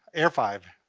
air-five.